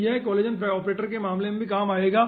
तो यह collagen operator के मामले में भी काम आएगा